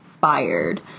fired